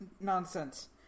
nonsense